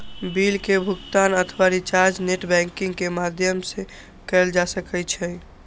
bill के भुगातन अथवा रिचार्ज नेट बैंकिंग के माध्यम सं कैल जा सकै छै